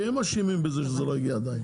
כי הם אשמים בזה שזה עדיין לא הגיע לאישור.